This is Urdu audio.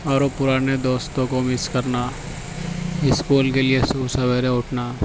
اور وہ پرانے دوستوں کو مس کرنا اسکول کے لیے صبح سویرے اٹھنا